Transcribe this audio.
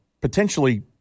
potentially